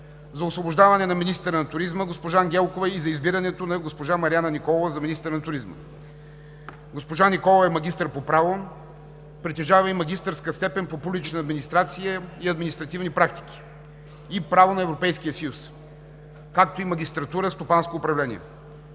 за освобождаване на министъра на туризма госпожа Ангелкова и за избирането на госпожа Марияна Николова за министър на туризма. Госпожа Николова е магистър по право, притежава и магистърска степен по „Публична администрация и административни практики“ и „Право на Европейския съюз“, както и магистратура „Стопанско управление“.